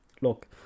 Look